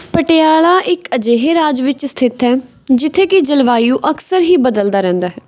ਪਟਿਆਲਾ ਇੱਕ ਅਜਿਹੇ ਰਾਜ ਵਿੱਚ ਸਥਿਤ ਹੈ ਜਿੱਥੇ ਕਿ ਜਲਵਾਯੂ ਅਕਸਰ ਹੀ ਬਦਲਦਾ ਰਹਿੰਦਾ ਹੈ